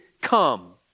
come